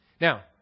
Now